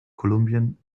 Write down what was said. kolumbien